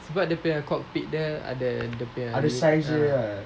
sebab dia punya cockpit dia ada dia punya ah